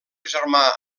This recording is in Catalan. germà